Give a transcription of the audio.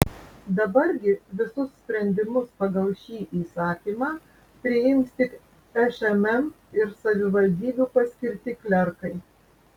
dabar gi visus sprendimus pagal šį įsakymą priims tik šmm ir savivaldybių paskirti klerkai